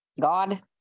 God